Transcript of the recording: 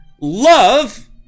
love